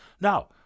Now